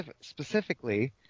specifically